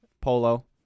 polo